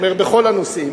אומר בכל הנושאים